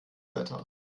wetter